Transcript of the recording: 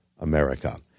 America